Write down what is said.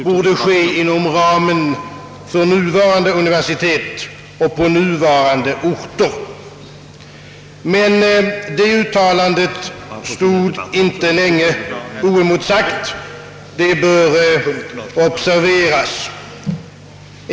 borde ske inom ramen för nuvarande universitet och på nuvarande orter», men detta uttalande stod inte länge oemotsagt — det bör observeras.